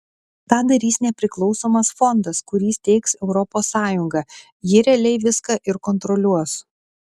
tą darys nepriklausomas fondas kurį steigs europos sąjunga ji realiai viską ir kontroliuos